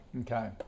Okay